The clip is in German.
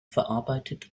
verarbeitet